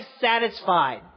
satisfied